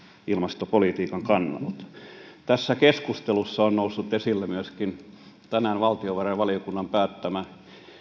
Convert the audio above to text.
ilmastopolitiikan kannalta tässä keskustelussa on noussut esille myöskin tänään valtiovarainvaliokunnan päättämä